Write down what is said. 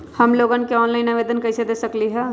हम लोन के ऑनलाइन आवेदन कईसे दे सकलई ह?